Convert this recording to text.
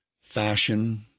Fashion